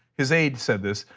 his aide said this,